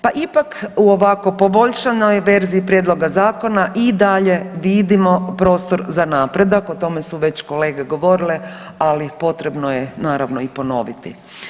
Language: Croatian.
Pa ipak u ovako poboljšanoj verziji Prijedloga zakona i dalje vidimo prostor za napredak, o tome su već kolege govorile, ali potrebno je naravno, i ponoviti.